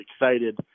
excited